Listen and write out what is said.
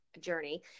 journey